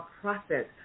process